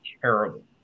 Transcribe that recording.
terrible